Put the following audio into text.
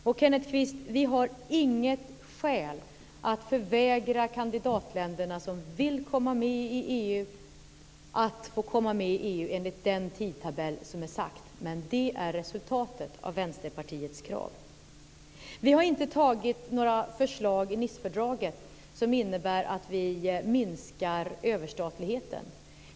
Och, Kenneth Kvist, vi har inget skäl att förvägra kandidatländerna som vill komma med i EU att få komma med i EU enligt den tidtabell som har gjorts. Men det är resultatet av Vänsterpartiets krav. Vi har inte antagit några förslag i Nicefördraget som innebär att vi minskar överstatligheten.